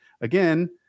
again